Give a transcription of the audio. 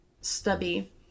Stubby